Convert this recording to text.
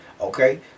Okay